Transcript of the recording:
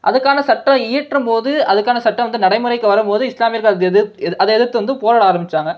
அதுக்கான சட்டம் இயற்றும்போது அதுக்கான சட்டம் வந்து நடைமுறைக்கு வரும்போது இஸ்லாமியர்கள் அதை அதை எதிர்த்து வந்து போராட ஆரம்பித்தாங்க